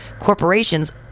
corporations